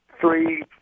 three